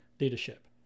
leadership